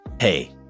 hey